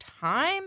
time